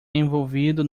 envolvido